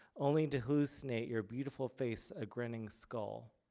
only to hallucinate your beautiful face a grinning skull.